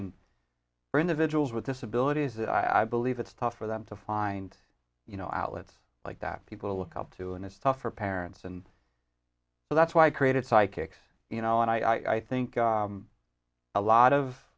and for individuals with disabilities and i believe it's tough for them to find you know outlets like that people look up to and it's tough for parents and so that's why i created psychics you know and i think a lot of